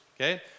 Okay